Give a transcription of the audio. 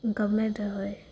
ગમે તે હોય